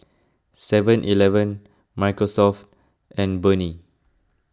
Seven Eleven Microsoft and Burnie